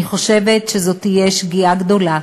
אני חושבת שזאת תהיה שגיאה גדולה